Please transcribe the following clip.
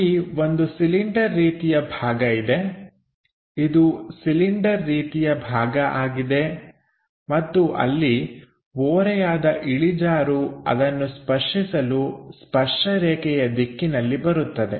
ಅಲ್ಲಿ ಒಂದು ಸಿಲಿಂಡರ್ ರೀತಿಯ ಭಾಗ ಇದೆ ಇದು ಸಿಲಿಂಡರ್ ರೀತಿಯ ಭಾಗ ಆಗಿದೆ ಮತ್ತು ಅಲ್ಲಿ ಓರೆಯಾದ ಇಳಿಜಾರು ಅದನ್ನು ಸ್ಪರ್ಶಿಸಲು ಸ್ಪರ್ಶ ರೇಖೆಯ ದಿಕ್ಕಿನಲ್ಲಿ ಬರುತ್ತದೆ